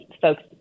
folks